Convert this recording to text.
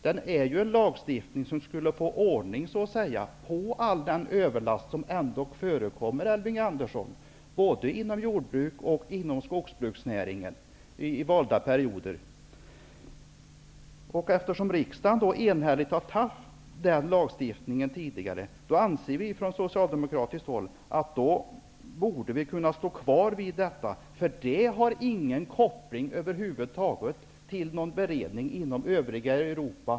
Det är en lagstiftning som skulle få ordning på all den överlast som förekommer både inom jordbruket och inom skogsbruksnäringen, Elving Andersson. Eftersom riksdagen enhälligt har fattat beslut om den lagstiftningen tidigare, anser vi socialdemokrater att vi borde kunna stå kvar vid den. Detta har över huvud taget ingen koppling till en beredning inom övriga Europa.